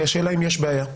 השאלה אם יש בעיה.